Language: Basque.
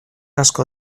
asko